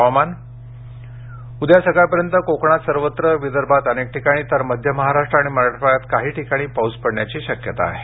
हवामान उद्या सकाळपर्यंत कोकणात सर्वत्र विदर्भात अनेक ठिकाणी तर मध्य महाराष्ट्र आणि मराठवाड्यात काही ठिकाणी पाऊस पडण्याची शक्यता आहे